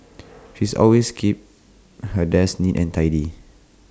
she's always keeps her desk neat and tidy